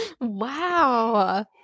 Wow